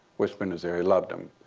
whisper in his ear he loved him.